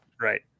Right